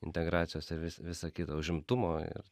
integracijos ir vis visa kita užimtumo ir